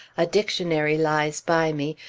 a dictionary lies by me,